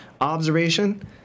observation